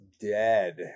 dead